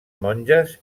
monges